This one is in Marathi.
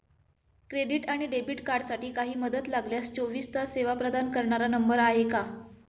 क्रेडिट आणि डेबिट कार्डसाठी काही मदत लागल्यास चोवीस तास सेवा प्रदान करणारा नंबर आहे का?